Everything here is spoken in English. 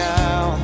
now